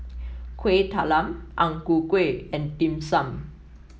Kuih Talam Ang Ku Kueh and Dim Sum